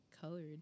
colored